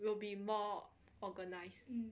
will be more organised